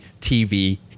TV